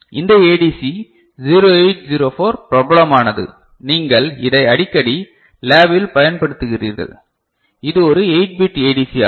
இந்த ஏடிசி 0804 பிரபலமானது நீங்கள் இதை அடிக்கடி லேபில் பயன்படுத்துகிறீர்கள் இது ஒரு 8 பிட் ஏடிசி ஆகும்